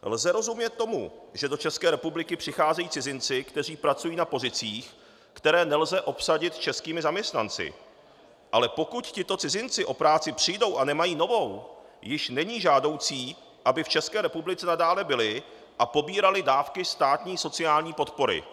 Lze rozumět tomu, že do České republiky přicházejí cizinci, kteří pracují na pozicích, které nelze obsadit českými zaměstnanci, ale pokud tito cizinci o práci přijdou a nemají jinou, již není žádoucí, aby v České republice nadále byli a pobírali dávky státní sociální podpory.